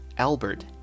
Albert